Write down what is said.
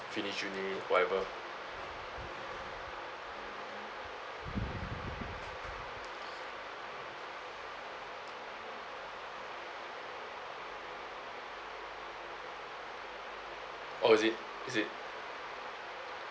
finish uni whatever oh is it is it